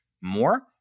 more